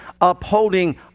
upholding